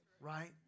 right